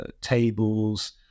tables